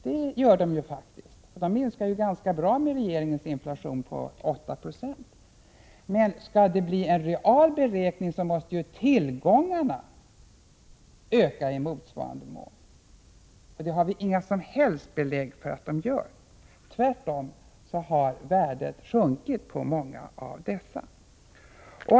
Det gör de — de minskar ganska bra med regeringens inflation på 8 96. Skall det bli en real beräkning måste tillgångarna öka i motsvarande mån, och det har vi inga som helst belägg för att de gör. Tvärtom har värdet sjunkit på många av dessa.